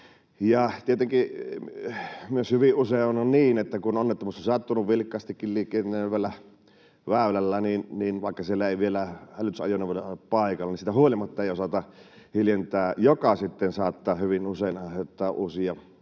Tietenkin myös hyvin usein on niin, että kun onnettomuus on sattunut vilkkaastikin liikennöidyllä väylällä, niin vaikka siellä ei vielä hälytysajoneuvoja ole paikalla, niin siitä huolimatta ei osata hiljentää, mikä sitten saattaa hyvin usein aiheuttaa uusia